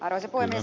kannatan